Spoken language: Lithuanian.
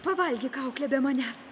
pavalgyk aukle be manęs